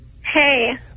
Hey